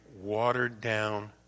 watered-down